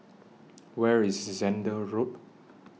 Where IS Zehnder Road